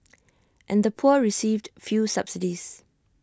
and the poor received few subsidies